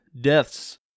deaths